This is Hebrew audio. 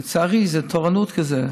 לצערי, זו תורנות כזאת.